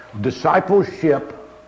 Discipleship